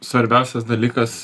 svarbiausias dalykas